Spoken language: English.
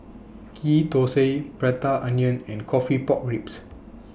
Ghee Thosai Prata Onion and Coffee Pork Ribs